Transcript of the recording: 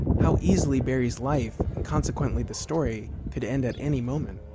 how easily barry's life, and consequently the story, could end at any moment.